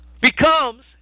becomes